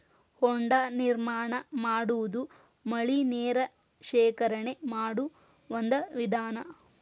ಹೊಂಡಾ ನಿರ್ಮಾಣಾ ಮಾಡುದು ಮಳಿ ನೇರ ಶೇಖರಣೆ ಮಾಡು ಒಂದ ವಿಧಾನಾ